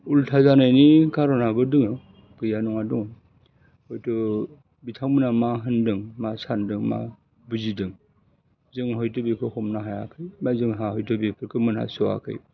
उल्टा जानायनि खारनआबो दोङो गैया नङा दङ हयथ' बिथांमोना मा होनदों मा सानदों मा बुजिदों जों हयथ' बेखौ हमनो हायाखै बा जोंहा हयथ' बेफोरखौ मोनहास'आखै